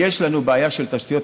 יש לנו בעיה של תשתיות,